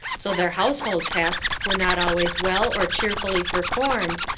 so their household tasks were not always well or cheerfully performed,